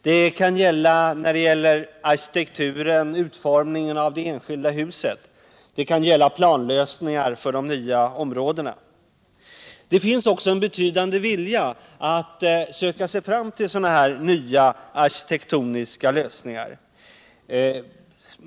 Det kan gälla beträffande arkitekturen, utformningen av det enskilda huset, och även beträffande planlösningar för de nya områdena. Det finns också en betydande vilja att söka sig fram till sådana här nya arkitektoniska lösningar.